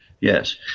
Yes